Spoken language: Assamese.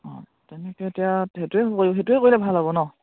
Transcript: অঁ তেনেকে এতিয়া সেইটোৱে কৰিব সেইটোৱে কৰিলে ভাল হ'ব ন